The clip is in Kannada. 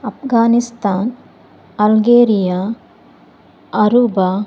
Afghanistan Algeria Aruba